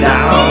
Now